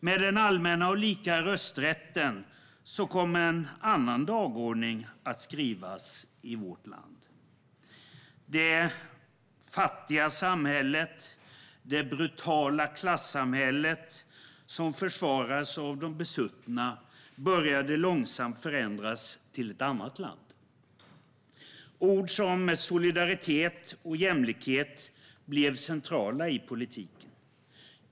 Med den allmänna och lika rösträtten kom en annan dagordning att skrivas i vårt land. Det fattiga samhället, det brutala klassamhället, som försvarades av de besuttna, började långsamt förändras till ett annat. Ord som solidaritet och jämlikhet blev centrala i politiken.